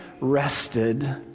rested